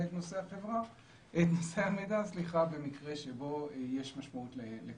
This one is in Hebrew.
את נושאי המידע במקרה שבו יש משמעות לכזה מידע.